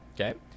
okay